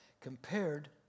Compared